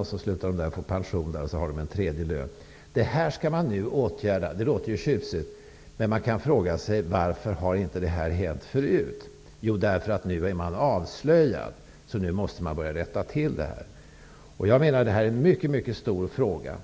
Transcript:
Om gruvarbetaren sedan slutar på Posten får han heller inte pension och dessutom lön. Sådant skall nu åtgärdas, och det låter tjusigt. Men man kan fråga sig varför det inte skett förut. Jo, anledningen är att man nu är avslöjad och att man således måste börja rätta till det hela. Det här är en mycket stor fråga.